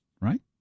right